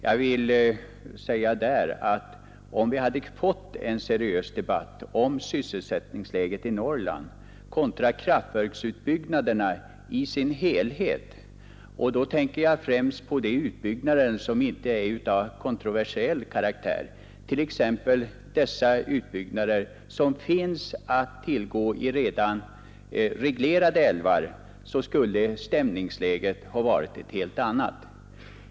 Jag vill till det säga att om vi hade fått en seriös debatt om sysselsättningsläget i Norrland kontra kraftverksutbyggnaderna i deras helhet — och då tänker jag främst på de utbyggnader som inte är av kontroversiell karaktär, t.ex. sådana som kan göras i redan reglerade älvar — så skulle stämningsläget ha varit ett helt annat.